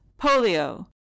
polio